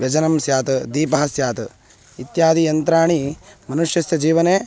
व्यजनं स्यात् दीपः स्यात् इत्यादि यन्त्राणि मनुष्यस्य जीवने